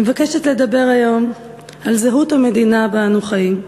אני מבקשת לדבר היום על זהות המדינה שבה אנו חיים.